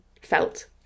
felt